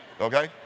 Okay